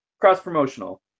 Cross-promotional